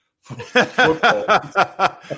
football